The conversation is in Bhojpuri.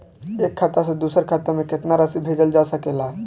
एक खाता से दूसर खाता में केतना राशि भेजल जा सके ला?